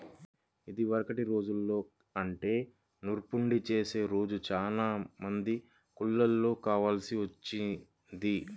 ఇదివరకటి రోజుల్లో అంటే నూర్పిడి చేసే రోజు చానా మంది కూలోళ్ళు కావాల్సి వచ్చేది